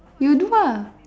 you do lah